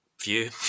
view